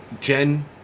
Jen